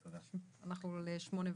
אנחנו ל-8ו.